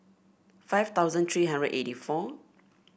five thousand three hundred eighty four